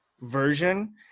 version